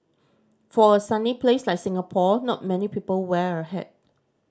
for a sunny place like Singapore not many people wear a hat